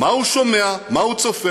מה הוא ישמע, במה הוא יצפה.